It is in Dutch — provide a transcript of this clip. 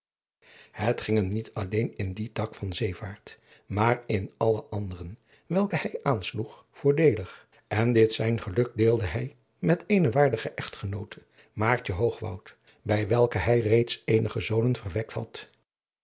het ging hem niet alleen in dien tak van zeevaart maar in alle anderen welke hij aansloeg voordeelig en dit zijn geluk deelde hij met eene waardige echtgenoote maartje hoogwoud bij welke hij reeds eenige zonen verwekt had